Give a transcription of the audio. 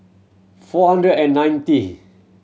four hundred and ninety